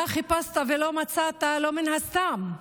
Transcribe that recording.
אתה חיפשת ולא מצאת לא סתם,